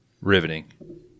Riveting